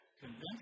convince